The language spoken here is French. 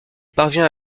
parvient